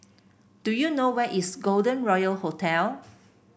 do you know where is Golden Royal Hotel